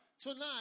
Tonight